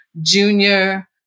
junior